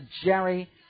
Jerry